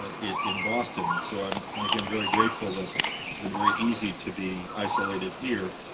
in boston. so i'm, and again, very grateful that it's been very easy to be isolated here.